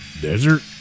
Desert